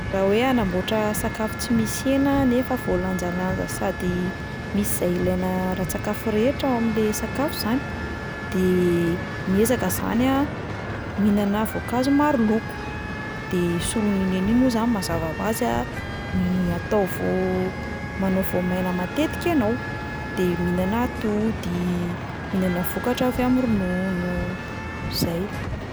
Raha hoe hanamboatra sakafo tsy misy hena nefa voalanjalanja sady misy zay ilaina ara-tsakafo rehetra ao amin'le sakafo 'zany, de miezaka zany a mihinana voankazo maro loko, de solon'iny hena iny moa zany mazava ho azy a, ny atao voa- manao voamaina matetika ianao, de mihinana atody, mihinana vokatra avy amin'ny ronono, zay.